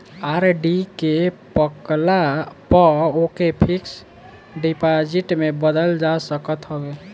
RD के पकला पअ ओके फिक्स डिपाजिट में बदल जा सकत हवे